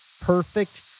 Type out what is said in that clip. perfect